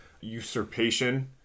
usurpation